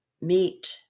meet